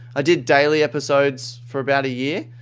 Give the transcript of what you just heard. i did daily episodes for about a year.